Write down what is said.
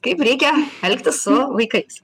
kaip reikia elgtis su vaikais